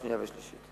שנייה ושלישית.